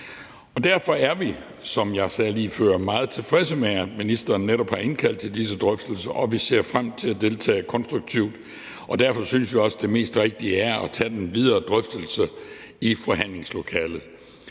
Derfor er vi, som jeg sagde lige før, meget tilfredse med, at ministeren netop har indkaldt til disse drøftelser, og vi ser frem til at deltage konstruktivt. Derfor synes vi også, det mest rigtige er at tage den videre drøftelse i forhandlingslokalet.